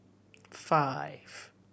five